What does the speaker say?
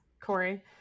Corey